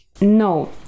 no